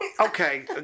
Okay